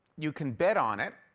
you can bet on it,